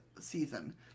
season